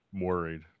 Worried